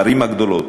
בערים הגדולות.